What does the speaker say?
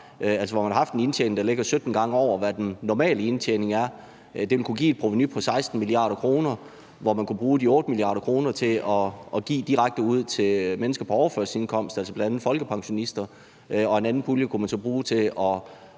hvor man har haft en indtjening, der ligger 17 gange over, hvad den normale indtjening er. Det kunne give et provenu på 16 mia. kr., hvoraf man kunne bruge de 8 mia. kr. til at give direkte ud til mennesker på overførselsindkomst, altså bl.a. folkepensionister, og en anden pulje kunne man så bruge til